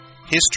history